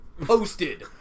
posted